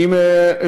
לא.